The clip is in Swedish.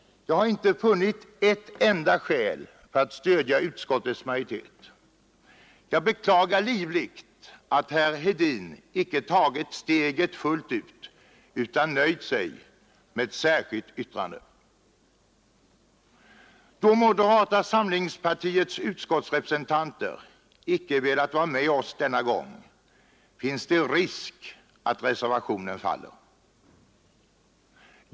Jag har inte funnit ett enda skäl för att stödja utskottets majoritet. Jag beklagar livligt att herr Hedin icke tagit steget fullt ut, utan nöjt sig med ett särskilt yttrande. Då moderata samlingspartiets utskottsrepresentanter icke velat vara med oss denna gång finns det risk att reservationen faller.